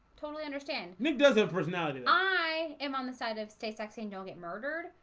totally understand. nick doesn't personality i am on the side of stay sexy and don't get murdered.